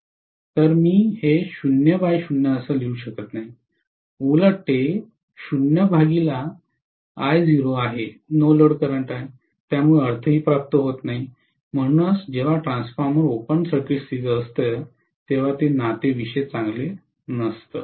तर मी हे 0 बाय 0 असे लिहू शकत नाही उलट ते आहे नो लोड करंट आहे त्यामुळे अर्थ प्राप्त होत नाही म्हणूनच जेव्हा ट्रान्सफॉर्मर ओपन सर्किट स्थितीत असते तेव्हा ते नाते विशेष चांगले नसते